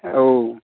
औ